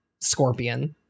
Scorpion